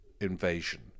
invasion